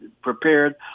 prepared